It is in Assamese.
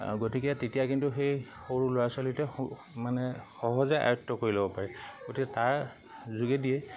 গতিকে তেতিয়া কিন্তু সেই সৰু ল'ৰা ছোৱালীটোৱে মানে সহজে আয়ত্ব কৰি ল'ব পাৰে গতিকে তাৰ যোগেদিয়ে